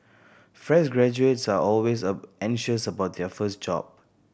fresh graduates are always anxious about their first job